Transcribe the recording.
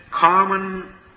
common